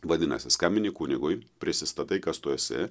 vadinasi skambini kunigui prisistatai kas tu esi